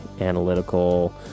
analytical